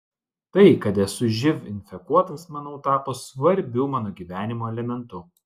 tai kad esu živ infekuotas manau tapo svarbiu mano gyvenimo elementu